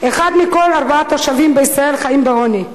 אחד מכל ארבעה תושבים בישראל חי בעוני.